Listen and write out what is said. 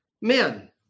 men